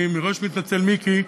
אני מראש מתנצל, מיקי.